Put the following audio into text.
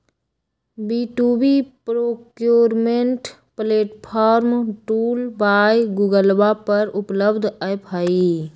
B two B procurement platform tool by गूगलवा पर उपलब्ध ऐप हई